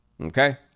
Okay